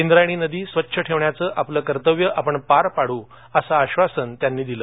इंद्रायणी नदी स्वच्छ ठेवण्याचं आपलं कर्तव्य आपण पार पाडू असं आश्वासन त्यांनी दिलं